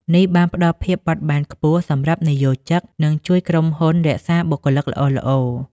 នេះបានផ្តល់ភាពបត់បែនខ្ពស់សម្រាប់និយោជិត និងជួយក្រុមហ៊ុនរក្សាបុគ្គលិកល្អៗ។